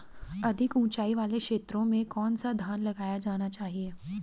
अधिक उँचाई वाले क्षेत्रों में कौन सा धान लगाया जाना चाहिए?